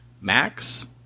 max